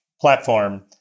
platform